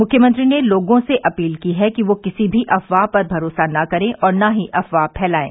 मुख्यमंत्री ने लोगों से अपील की है कि वह किसी भी अफवाह पर भरोसा न करें और न ही अफवाह फैलाएं